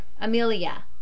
Amelia